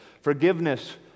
forgiveness